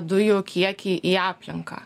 dujų kiekį į aplinką